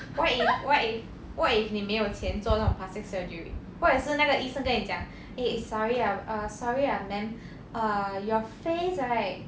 what if what if what if 你没有钱做那种 plastic surgery 或者是那个医生跟你讲 eh sorry err sorry ah ma'am err your face right